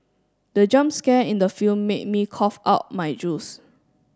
the jump scare in the film made me cough out my juice